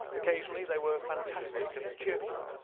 occasionally they were fantastic and cheerful.